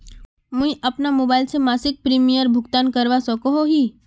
मुई अपना मोबाईल से मासिक प्रीमियमेर भुगतान करवा सकोहो ही?